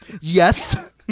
Yes